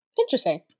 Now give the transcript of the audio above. Interesting